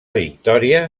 victòria